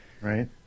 right